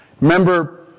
Remember